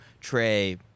trey